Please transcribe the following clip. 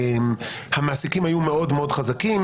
המעסיקים היו מאוד-מאוד חזקים